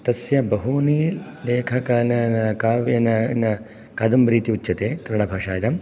तस्य बहूनि लेखक काव्य कादम्बरी इति उच्यते कन्नडाभाषायम्